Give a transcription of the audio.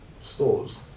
stores